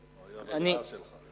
הוא בדעה שלך.